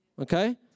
Okay